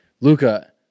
Luca